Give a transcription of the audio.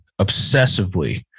obsessively